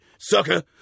Sucker